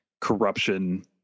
corruption